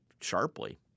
sharply